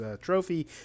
trophy